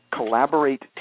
Collaborate